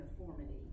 uniformity